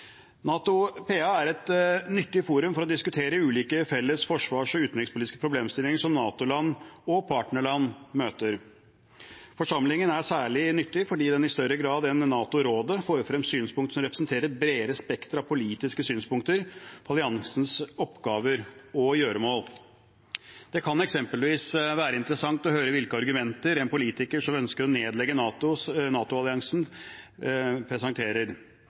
er et nyttig forum for å diskutere ulike felles forsvars- og utenrikspolitiske problemstillinger som NATO-land og partnerland møter. Forsamlingen er særlig nyttig fordi den i større grad enn NATO-rådet får frem synspunkter som representerer et bredere spekter av politiske synspunkter på alliansens oppgaver og gjøremål. Det kan eksempelvis være interessant å høre hvilke argumenter en politiker som ønsker å nedlegge